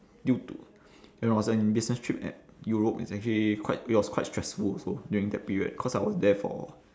due to it was an business trip at europe it's actually quite it was quite stressful also during that period cause I was there for